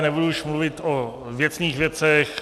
Nebudu už mluvit o věcných věcech.